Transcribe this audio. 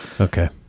okay